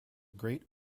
great